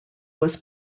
was